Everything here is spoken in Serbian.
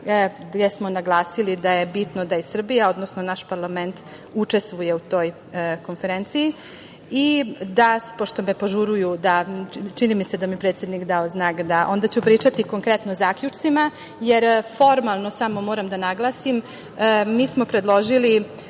gde smo naglasili da je bitno da i Srbija, odnosno naš parlament učestvuje na toj konferenciji. Pošto me požuruju, čini mi se da mi je predsednik dao znak, onda ću pričati konkretno o zaključcima, jer formalno, samo moram da naglasim, mi smo predložili,